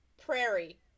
Prairie